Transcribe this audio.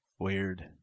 Weird